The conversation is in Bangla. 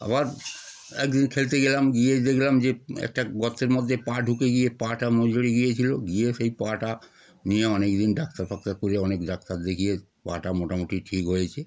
আবার একদিন খেলতে গেলাম গিয়ে দেখলাম যে একটা গর্তের মধ্যে পা ঢুকে গিয়ে পাটা মুচড়ে গিয়েছিলো গিয়ে সেই পাাটা নিয়ে অনেক দিন ডাক্তার ফাক্তার করে অনেক ডাক্তার দেখিয়ে পাটা মোটামুটি ঠিক হয়েছে